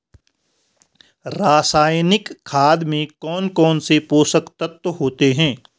रासायनिक खाद में कौन कौन से पोषक तत्व होते हैं?